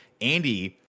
Andy